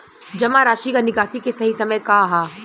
जमा राशि क निकासी के सही समय का ह?